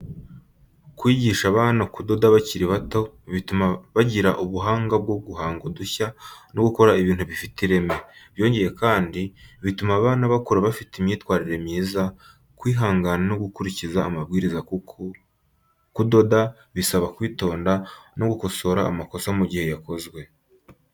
Kwigisha abana kudoda bakiri bato bituma bagira ubuhanga bwo guhanga udushya no gukora ibintu bifite ireme. Byongeye kandi bituma abana bakura bafite imyitwarire myiza, kwihangana no gukurikiza amabwiriza kuko kudoda bisaba kwitonda no gukosora amakosa mu gihe yakozwe.